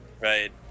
right